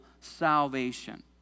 salvation